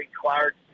Clark